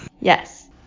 Yes